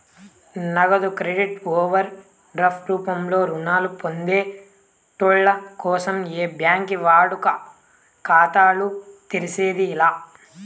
నగదు credit overdraft రూపంలో రుణాలు పొందేటోళ్ళ కోసం ఏ బ్యాంకి వాడుక ఖాతాలు తెర్సేది లా